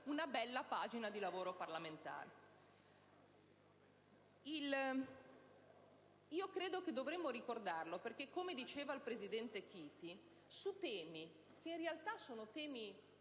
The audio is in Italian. una bella pagina di lavoro parlamentare. Credo che dovremmo ricordarlo, perché, come diceva il presidente Chiti, su temi che in realtà sono